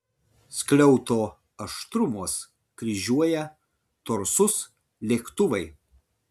skliauto aštrumuos kryžiuoja torsus lėktuvai